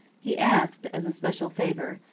he asked, as a special favour,